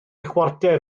chwarter